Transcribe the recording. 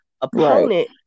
opponent